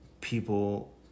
people